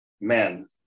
men